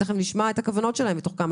ותכף נשמע את הכוונות שלהם ותוך כמה